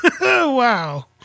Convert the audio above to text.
Wow